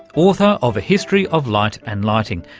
author of a history of light and lighting,